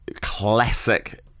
classic